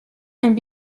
and